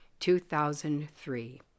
2003